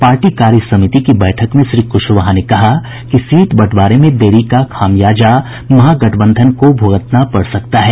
party कार्य समिति की बैठक में श्री कुशवाहा ने कहा कि सीट बंटवारे में देरी का खामियाजा महागठबंन को भुगतना पड़ सकता है